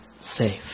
safe